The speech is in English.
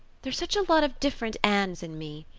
there's such a lot of different annes in me.